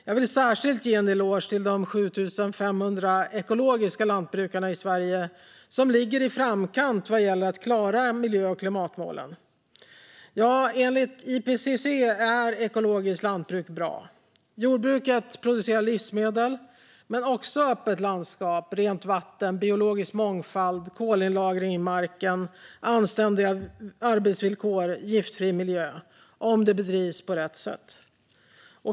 Jag vill särskilt ge en eloge till de 7 500 ekologiska lantbrukarna i Sverige, för de ligger i framkant vad gäller att klara miljö och klimatmålen. Ja, enligt IPCC är ekologiskt lantbruk bra. Jordbruk producerar livsmedel, men ger också öppet landskap, rent vatten, biologisk mångfald, kolinlagring i marken, anständiga arbetsvillkor och giftfri miljö - om det bedrivs på rätt sätt.